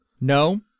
No